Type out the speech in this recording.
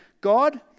God